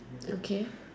okay